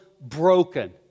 broken